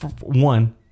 one